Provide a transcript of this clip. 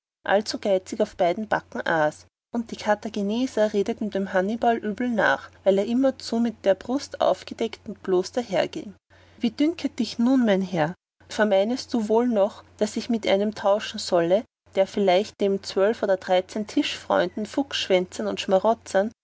allzu geizig auf beiden backen aß und die karthaginenser redeten dem hannibali übel nach weil er immerzu mit der brust aufgedeckt und bloß dahergieng wie dünket dich nun mein lieber herr vermeinest du wohl noch daß ich mit einem tauschen sollte der vielleicht neben zwölf oder dreizehen tischfreunden fuchsschwänzern und schmarotzern